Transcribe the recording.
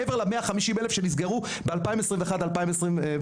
מעבר ל-150,000 שנסגרו ב-2020-2021,